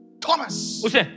Thomas